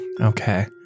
Okay